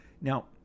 Now